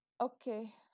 Okay